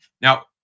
Now